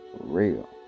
real